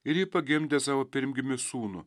ir ji pagimdė savo pirmgimį sūnų